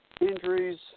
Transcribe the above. injuries